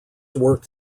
worked